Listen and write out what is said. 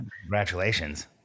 congratulations